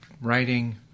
writing